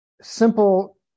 simple